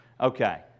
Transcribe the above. Okay